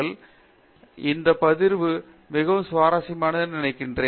அதை பகிர்ந்தது மிகவும் சுவாரஸ்யமானது என்று நான் நினைக்கிறேன்